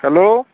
hello